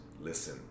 Listen